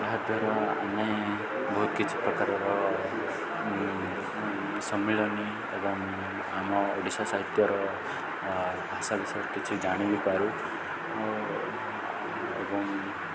ଯହାଦ୍ୱାରା ଆମେ ବହୁତ କିଛି ପ୍ରକାରର ସମ୍ମଳନୀ ଏବଂ ଆମ ଓଡ଼ିଶା ସାହିତ୍ୟର ଭାଷା ବିଷୟରେ କିଛି ଜାଣିବି ପାରୁ ଏବଂ